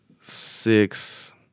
six